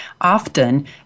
often